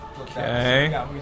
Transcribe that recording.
Okay